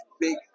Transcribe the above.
big